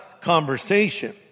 conversation